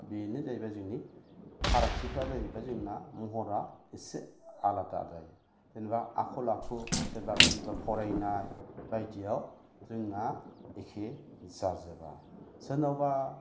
बेनो जाहैबाय जोंनि फारागथिफ्रा जाहैबाय जोंना महरा इसे आलादा आलदा जायो जेनबा आखल आखु सोरनिबा फरायनाय बायदियाव जोंना एखे जाजोबा सोरनावबा